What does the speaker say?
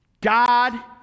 God